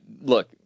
look